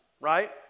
right